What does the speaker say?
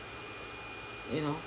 you know